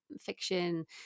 fiction